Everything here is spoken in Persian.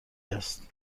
است